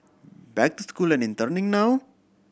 back to school and interning now